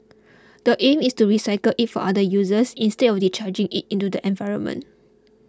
the aim is to recycle it for other uses instead of discharging it into the environment